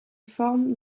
forme